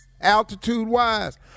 Altitude-wise